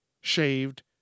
shaved